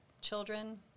children